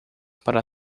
para